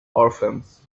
orphans